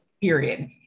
Period